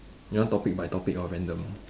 you want topic by topic or random